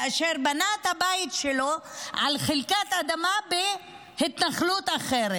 כאשר בנה את הבית שלו על חלקת אדמה בהתנחלות אחרת.